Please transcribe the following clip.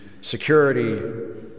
security